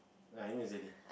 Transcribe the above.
like I know it's Eddie